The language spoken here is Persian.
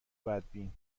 بدبین